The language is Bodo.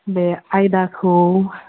बे आयदाखौ